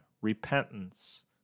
repentance